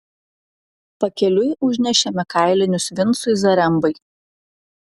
pakeliui užnešėme kailinius vincui zarembai